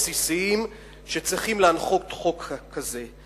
הבסיסיים שצריכים להנחות חוק כזה: